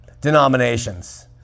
denominations